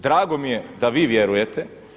Drago mi je da vi vjerujete.